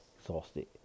exhausted